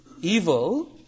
evil